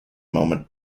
moment